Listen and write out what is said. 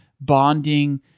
bonding